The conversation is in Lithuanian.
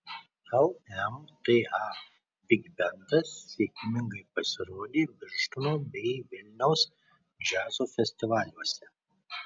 lmta bigbendas sėkmingai pasirodė birštono bei vilniaus džiazo festivaliuose